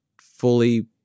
fully